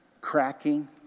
cracking